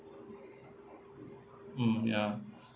mm ya